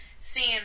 seeing